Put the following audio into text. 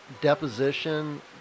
deposition